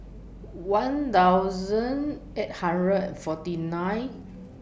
one thousand eight hundred and forty nine